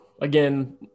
again